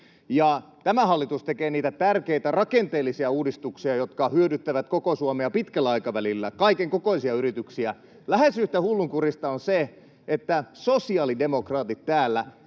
tämä hallitus tekee niitä tärkeitä rakenteellisia uudistuksia, jotka hyödyttävät koko Suomea pitkällä aikavälillä, kaikenkokoisia yrityksiä. Lähes yhtä hullunkurista on se, että sosiaalidemokraatit täällä